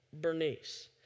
Bernice